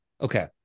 okay